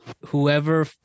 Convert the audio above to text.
whoever